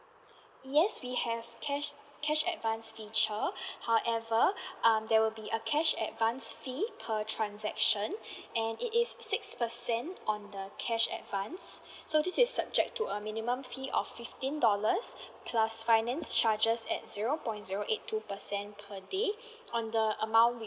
yes we have cash cash advance feature however um there will be a cash advance fee per transaction and it is six percent on the cash advance so this is subject to a minimum fee of fifteen dollars plus finance charges at zero point zero eight two percent per day on the amount